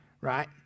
right